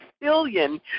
billion